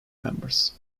members